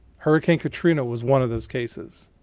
hurricane katrina was one of those cases.